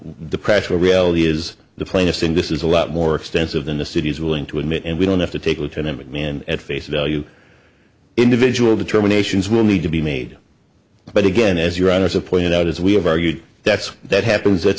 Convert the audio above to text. the pressure reality is the plaintiffs in this is a lot more extensive than the city is willing to admit and we don't have to take lieutenant mcmahon at face value individual determinations will need to be made but again as your honour's of pointed out as we have argued that's that happens it's